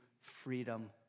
freedom